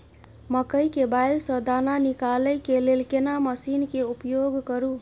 मकई के बाईल स दाना निकालय के लेल केना मसीन के उपयोग करू?